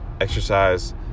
exercise